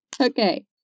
Okay